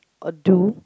or do